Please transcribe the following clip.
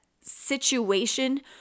situation